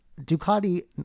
Ducati